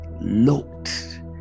looked